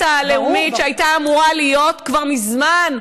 הלאומית שהייתה אמורה להיות כבר מזמן,